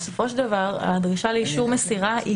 בסופו של דבר הדרישה לאישור מסירה היא